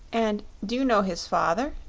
and do you know his father?